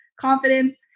confidence